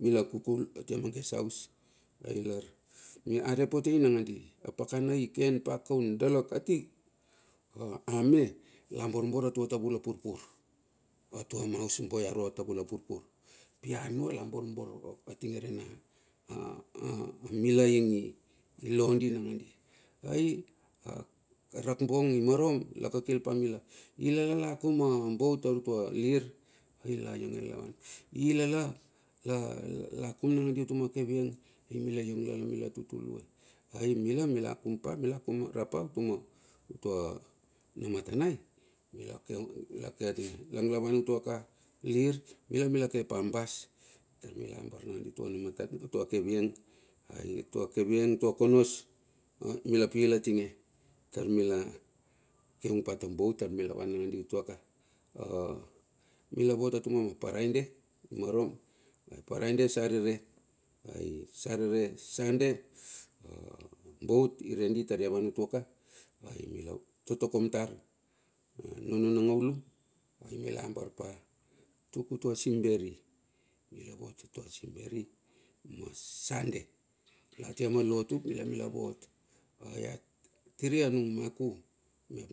Mila kukul atia ma ges haus, ai are potei nandi, a pakana iken pa kaun dala kati. Ame la borbor atua tavula purpur, atua ma haus boi arua tavula purpur, pianua la borbor atinge rena mila a mila ingi lo di nangadi. Ai rakbong i marom, la kakil pa mila. Ilala lakum ma boat tar utua lihir? Ai la iong lavan, ilala la kum nakandi utuma kavieng? Ai mila iong lala mila tutuluai, ai mila mila akum rapa utuma, utua namatanai. Mila keung, mila lake atinge, lang lavan utua ka lihir? Mila, mila ke pa bas tar mila ambar nandi utua kavieng. Ai utua namata kavieng, utua konos tar mila pil atinge, tar mila keung pa ta boat tar mila wan nangandi utuaka. Mila vot atuma ma paraide mamarom, sarere sande a boat i redi tar ia wan utuka. Ai mila totokom tar, nono na ngaulu, ai mila ambar pa tuk utua simberi. Mila vot atua simberi ma sande, la atia ma lotu mila vot. Ai atiri nung maku,